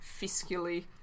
fiscally